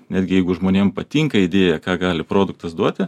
netgi jeigu žmonėm patinka idėja ką gali produktas duoti